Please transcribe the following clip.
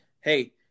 hey